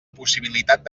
possibilitat